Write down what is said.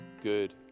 good